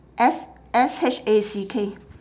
S S H A C K